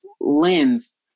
lens